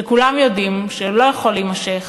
שכולם יודעים שהוא לא יכול להימשך